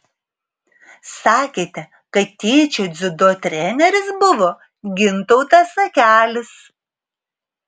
sakėte kad tėčio dziudo treneris buvo gintautas akelis